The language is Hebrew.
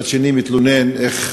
ומצד שני הוא מתלונן איך